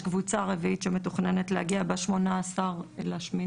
קבוצה רביעית שמתוכננת להגיע ב-18 באוגוסט.